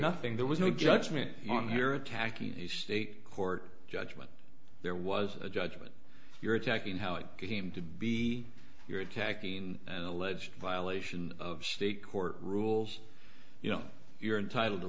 nothing there was no judgment on here attacking the state court judgment there was a judgment you're attacking how it came to be you're attacking an alleged violation of state court rules you know you're entitled to